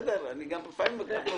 החשש הגדול והכבד שלי זה שאנחנו עלולים